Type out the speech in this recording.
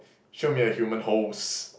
show me your human host